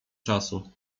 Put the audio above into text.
czasu